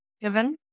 given